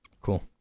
Cool